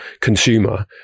consumer